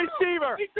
receiver